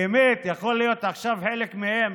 באמת, יכול להיות שעכשיו חלק מהם